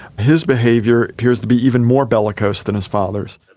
his behaviour appears to be even more bellicose than his father's.